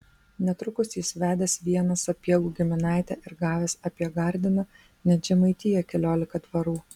netrukus jis vedęs vieną sapiegų giminaitę ir gavęs apie gardiną net žemaitiją keliolika dvarų